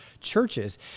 churches